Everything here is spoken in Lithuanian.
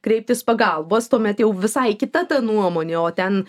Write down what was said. kreiptis pagalbos tuomet jau visai kita ta nuomonė o ten